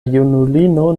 junulino